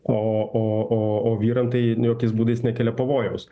o o o o vyram tai jokiais būdais nekelia pavojaus